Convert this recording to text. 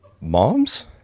Moms